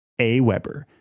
AWeber